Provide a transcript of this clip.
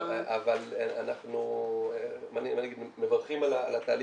אנחנו מברכים על התהליך,